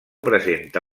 presenta